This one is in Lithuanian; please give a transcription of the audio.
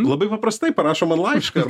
labai paprastai parašo man laišką